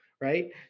right